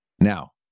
Now